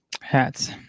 Hats